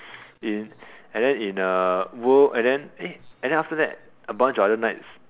in and then in uh world and then eh and then after that a bunch of other knights